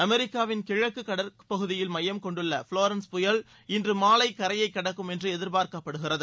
அமெரிக்காவின் கிழக்கு கடற்பகுதியில் மையம் கொண்டுள்ள ஃபிளாரன்ஸ் புயல் இன்று மாலை கரையை கடக்கும் என்று எதிர்பார்க்கப்படுகிறது